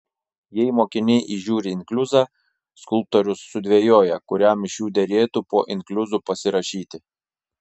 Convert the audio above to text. jei mokiniai įžiūri inkliuzą skulptorius sudvejoja kuriam iš jų derėtų po inkliuzu pasirašyti